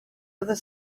other